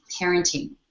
parenting